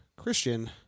Christian